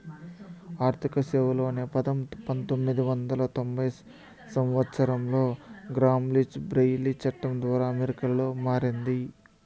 ఆర్థిక సేవలు అనే పదం పంతొమ్మిది వందల తొంభై సంవచ్చరంలో గ్రామ్ లీచ్ బ్లెయిలీ చట్టం ద్వారా అమెరికాలో మారింది